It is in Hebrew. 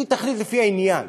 היא תחליט לפי העניין,